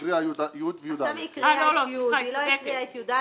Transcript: סליחה, את צודקת.